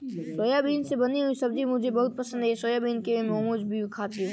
soybean से बनी हुई सब्जी मुझे बहुत पसंद है मैं सोयाबीन के मोमोज भी खाती हूं